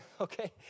okay